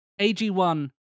AG1